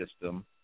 system